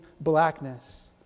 blackness